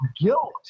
guilt